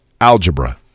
algebra –